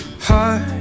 heart